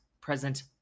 present